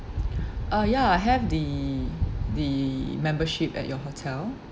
uh ya I have the the membership at your hotel